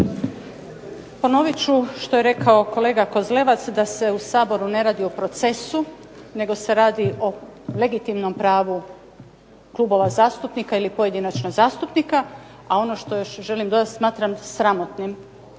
Ponovit ću što je rekao kolega Kozlevac, da se u Saboru ne radi o procesu, nego se radi o legitimnom pravu klubova zastupnika ili pojedinačno zastupnika. A ono što još želim dodati smatram sramotnim,